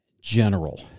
general